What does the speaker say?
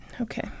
Okay